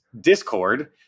Discord